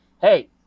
hey